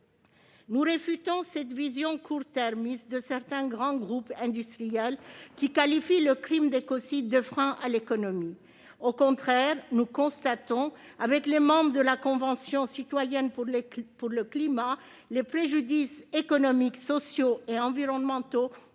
Nous réfutons cette vision court-termiste promue par certains grands groupes industriels, qui qualifient le crime d'écocide de frein à l'économie. Nous constatons, avec les membres de la Convention citoyenne pour le climat, les préjudices économiques, sociaux et environnementaux